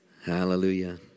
Hallelujah